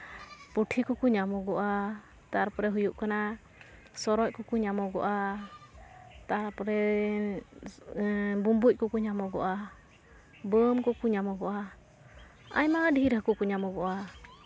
ᱯᱩᱴᱷᱤ ᱠᱚᱠᱚ ᱧᱟᱢᱚᱜᱚᱜᱼᱟ ᱛᱟᱨᱯᱚᱨᱮ ᱦᱩᱭᱩᱜ ᱠᱟᱱᱟ ᱥᱚᱨᱚᱡ ᱠᱚᱠᱚ ᱧᱟᱢᱚᱜᱚᱜᱼᱟ ᱛᱟᱨᱯᱚᱨᱮ ᱵᱩᱢᱵᱩᱡ ᱠᱚᱠᱚ ᱧᱟᱢᱚᱜᱚᱜᱼᱟ ᱵᱟᱹᱱ ᱠᱚᱠᱚ ᱧᱟᱢᱚᱜᱚᱜᱼᱟ ᱟᱭᱢᱟ ᱰᱷᱮᱨ ᱦᱟᱹᱠᱩ ᱠᱚ ᱧᱟᱢᱚᱜᱚᱜᱼᱟ